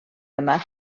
yma